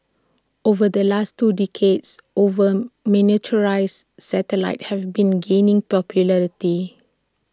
over the last two decades over miniaturised satellites have been gaining popularity